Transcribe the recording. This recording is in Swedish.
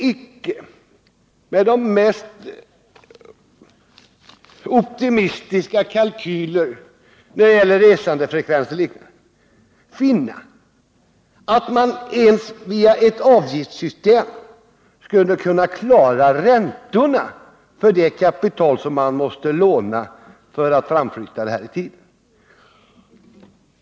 Även de mest optimistiska kalkyler i fråga om resandefrekvens visade att de pengar som ett avgiftssystem skulle inbringa inte räckte till för att ens klara räntorna på det kapital som måste lånas upp.